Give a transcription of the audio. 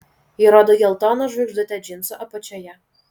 ji rodo geltoną žvaigždutę džinsų apačioje